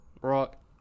Rock